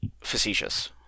facetious